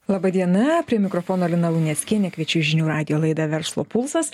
laba diena prie mikrofono lina luneckienė kviečiu į žinių radijo laidą verslo pulsas